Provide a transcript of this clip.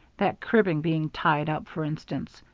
that cribbing being tied up, for instance.